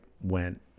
went